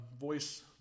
voice